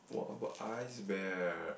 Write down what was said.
what about Ice-Bear